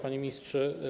Panie Ministrze!